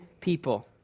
people